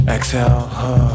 Exhale